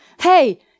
Hey